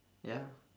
ya